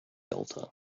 altar